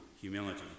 humility